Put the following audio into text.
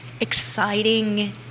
exciting